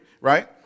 right